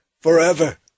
forever